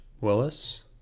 willis